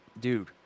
Dude